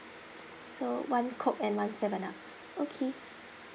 so one coke and one Seven Up okay